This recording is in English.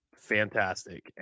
fantastic